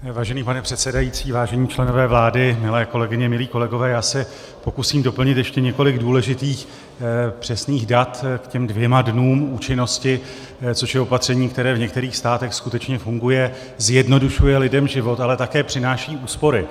Vážený pane předsedající, vážení členové vlády, milé kolegyně, milí kolegové, já se pokusím doplnit ještě několik důležitých přesných dat k těm dvěma dnům účinnosti, což je opatření, které v některých státech skutečně funguje, zjednodušuje lidem život, ale také přináší úspory.